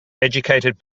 educated